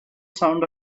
sound